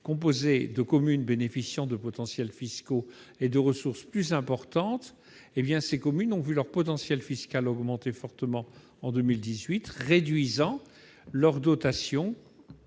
composés de communes bénéficiant de potentiels fiscaux et de ressources plus importants avaient vu leur propre potentiel fiscal augmenter fortement en 2018, réduisant leurs dotations